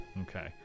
Okay